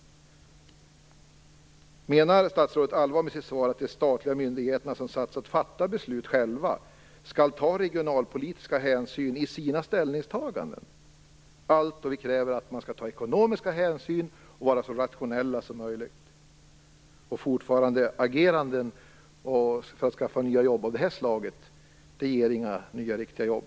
Menar statsrådet allvar med sitt svar att de statliga myndigheterna som satts att fatta beslut själva skall ta regionalpolitiska hänsyn i sina ställningstaganden samtidigt som vi kräver att de skall ta ekonomiska hänsyn och vara så rationella som möjligt? Fortfarande är det så att agerande av det här slaget för att skapa nya jobb inte ger några nya riktiga jobb.